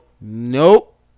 nope